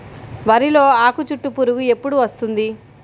వరిలో ఆకుచుట్టు పురుగు ఎప్పుడు వస్తుంది?